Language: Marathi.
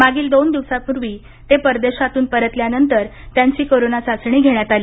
मागील दोन दिवसापूर्वी ते परदेशातून परतल्यानंतर त्यांची कोरोणा चाचणी घेण्यात आली